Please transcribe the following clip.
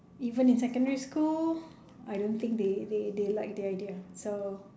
even in secondary school I don't think they they they like the idea so